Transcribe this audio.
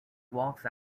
walks